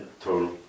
total